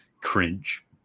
cringe